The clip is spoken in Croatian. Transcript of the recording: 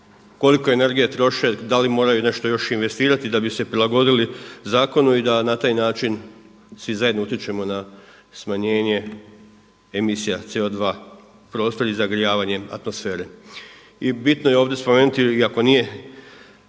koliko energije troše, da li moraju nešto još investirati da bi se prilagodili zakonu i da na taj način svi zajedno utječemo na smanjenje emisija CO2, prostor i zagrijavanjem atmosfere. I bitno je ovdje spomenuti iako nije